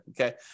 okay